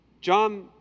John